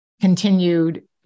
continued